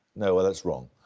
no, ah that's wrong.